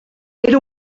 era